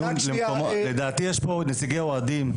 לדעתי יש פה נציגי אוהדים.